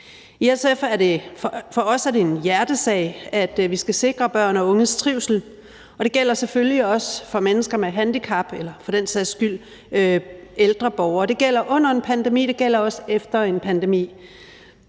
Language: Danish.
i SF er det en hjertesag, at vi skal sikre børn og unges trivsel, og det gælder selvfølgelig også for mennesker med handicap eller for den sags skyld ældre borgere. Det gælder under en pandemi, og det gælder også efter en pandemi.